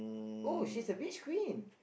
oh she's a beach queen